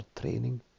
training